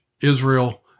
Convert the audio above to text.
Israel